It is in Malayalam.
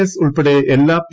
എസ് ഉൾപ്പെടെ എല്ലാ പി